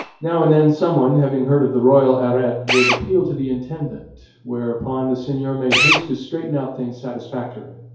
now and then some one, having heard of the royal arret, would appeal to the intendant, whereupon the seigneur made haste to straighten out things satisfactorily.